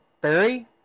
Barry